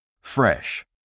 Fresh